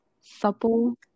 Supple